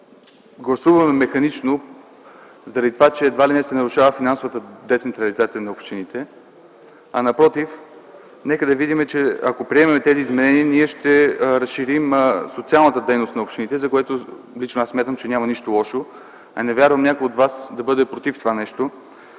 гласуваме механично заради това, че едва ли не се нарушава финансовата децентрализация на общините. Напротив, нека да видим, че ако приемем тези изменения, ще разширим социалната дейност на общините, в което вярвам, че няма нищо лошо. Не вярвам някой от вас да бъде против това.